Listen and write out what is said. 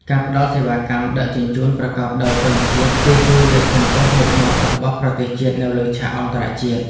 ការផ្ដល់សេវាកម្មដឹកជញ្ជូនប្រកបដោយគុណភាព គឺជួយលើកកម្ពស់មុខមាត់របស់ប្រទេសជាតិនៅលើឆាកអន្តរជាតិ។